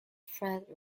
fred